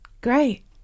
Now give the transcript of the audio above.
great